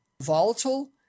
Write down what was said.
volatile